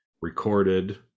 recorded